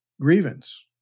grievance